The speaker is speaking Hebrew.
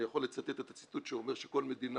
אני יכול לצטט את הציטוט שאומר שכל מדינה,